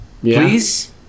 please